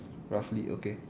roughly okay